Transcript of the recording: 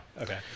Okay